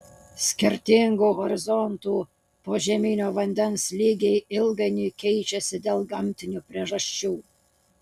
skirtingų horizontų požeminio vandens lygiai ilgainiui keičiasi dėl gamtinių priežasčių